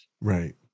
Right